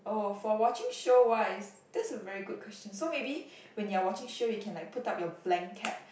oh for watching show wise that's a very good question so maybe when you're watching show you can like put up your blanket